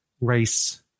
race